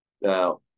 now